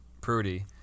Prudy